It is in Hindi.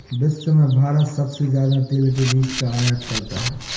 विश्व में भारत सबसे ज्यादा तेल के बीज का आयत करता है